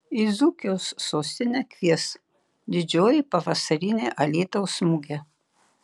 į dzūkijos sostinę kvies didžioji pavasarinė alytaus mugė